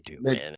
man